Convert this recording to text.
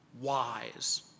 wise